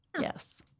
Yes